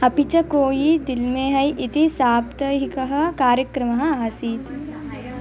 अपि च कोयि दिल्मे है इति साप्ताहिकः कार्यक्रमः आसीत्